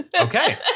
Okay